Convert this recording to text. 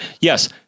yes